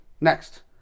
Next